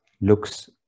looks